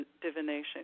divination